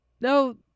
No